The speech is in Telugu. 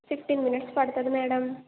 ఫిఫ్టీన్ మినిట్స్ పడుతుంది మేడం